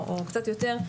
או קצת יותר,